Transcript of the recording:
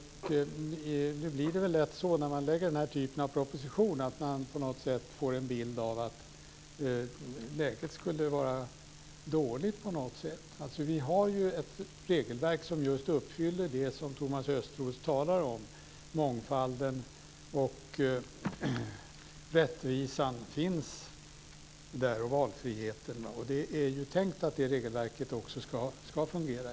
När den här typen av propositioner läggs fram får man väl lätt en bild av att läget på något sätt skulle vara dåligt. Vi har ett regelverk som uppfyller just det som Thomas Östros talar om. Mångfalden, rättvisan och valfriheten finns där, och det är också tänkt att detta regelverk ska fundera.